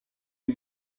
les